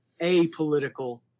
apolitical